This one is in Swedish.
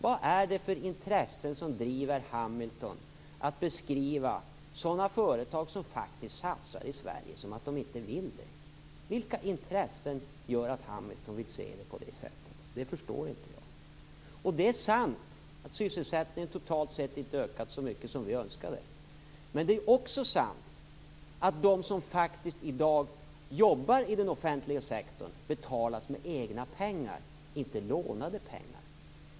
Vad är det för intressen som driver Hamilton att beskriva sådana företag som faktiskt satsar i Sverige så att de inte vill göra det? Vilka intressen gör att Hamilton vill se det på det sättet? Det förstår jag inte. Det är sant att sysselsättningen totalt sett inte har ökat så mycket som vi önskade. Men det är också sant att de som i dag faktiskt jobbar i den offentliga sektorn betalas med egna pengar, inte lånade pengar.